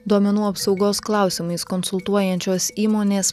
duomenų apsaugos klausimais konsultuojančios įmonės